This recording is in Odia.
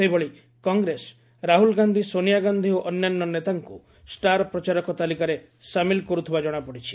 ସେହିଭଳି କଂଗ୍ରେସ ରାହ୍ରଳ ଗାକ୍ଷୀ ସୋନିଆ ଗାଧୀ ଓ ଅନ୍ୟାନ୍ୟ ନେତାଙ୍କୁ ଷାର ପ୍ରଚାରକ ତାଲିକାରେ ସାମିଲ କରୁଥିବା ଜଣାପଡ଼ିଛି